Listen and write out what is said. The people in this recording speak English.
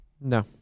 No